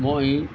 মই